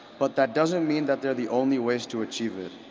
but that doesn't mean that they're the only ways to achieve it.